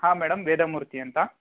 ಹಾಂ ಮೇಡಮ್ ವೇದಮೂರ್ತಿ ಅಂತ